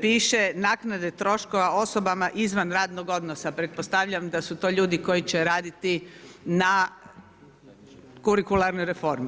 piše, naknade troškova osobama izvan radnog odnosa, pretpostavljam da su to ljudi koji će raditi na kurikularnoj reformi.